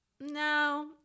no